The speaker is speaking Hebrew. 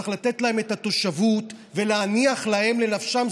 צריך לתת להם את התושבות ולהניח להם לנפשם.